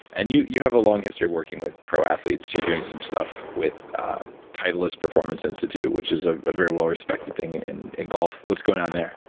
and you you have a long history of working with pro athletes. you are doing some stuff with titleist performance institute, which is ah a very well respected thing in in golf what's going on there?